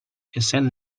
essent